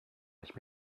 nicht